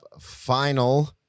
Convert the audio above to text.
final